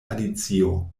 alicio